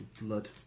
blood